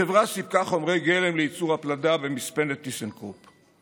החברה סיפקה חומרי גלם לייצור הפלדה במספנת טיסנקרופ.